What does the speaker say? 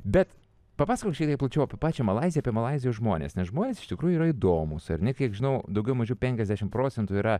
bet papasakok šiek tiek plačiau apie pačią malaiziją apie malaizijos žmones nes žmonės iš tikrųjų yra įdomūs ar ne kiek žinau daugiau mažiau penkiasdešimt procentų yra